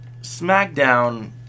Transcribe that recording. Smackdown